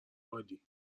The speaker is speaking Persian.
عالی